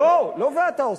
לא, לא ואתה אוסף.